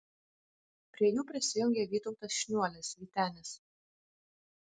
prie jų prisijungė vytautas šniuolis vytenis